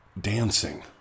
dancing